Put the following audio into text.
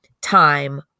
time